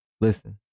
Listen